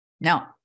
Now